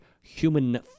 human